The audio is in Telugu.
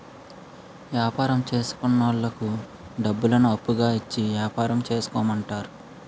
యాపారం చేసుకున్నోళ్లకు డబ్బులను అప్పుగా ఇచ్చి యాపారం చేసుకోమంటారు